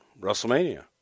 WrestleMania